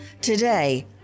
Today